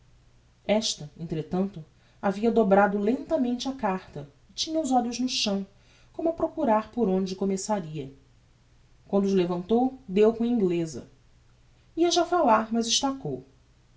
esta entretanto havia dobrado lentamente a carta e tinha os olhos no chão como a procurar por onde começaria quando os levantou deu com a ingleza ia já a falar mas estacou